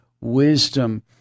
Wisdom